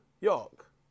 York